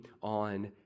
on